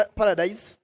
paradise